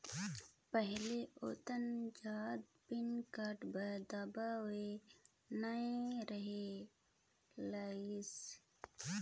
पहिले ओतना जादा पेन कारड बर दबाओ नइ रहें लाइस